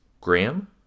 graham